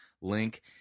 link